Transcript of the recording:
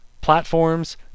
platforms